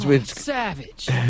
Savage